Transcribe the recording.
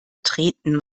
treten